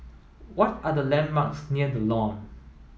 what are the landmarks near The Lawn